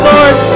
Lord